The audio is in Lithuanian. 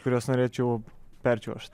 kuriuos norėčiau perčiuožt